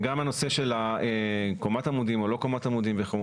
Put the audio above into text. גם הנושא של קומת עמודים או לא קומת עמודים וכו',